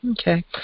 okay